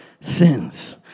sins